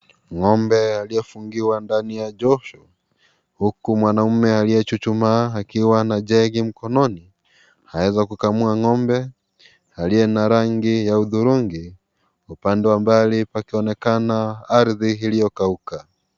N'gombe aliyefungiwa ndani ya josho, huku mwanaume aliye chuchuma akiwa na jagi mkononi anaweza kukamua n'gombe aliye na rangi ya udhurungi, upande wa mbali pakionekana ardhi iliyo kauka.